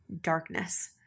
darkness